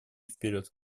вперед